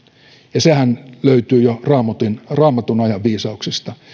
ja sehän löytyy jo raamatun raamatun ajan viisauksista